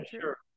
sure